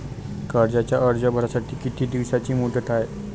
कर्जाचा अर्ज भरासाठी किती दिसाची मुदत हाय?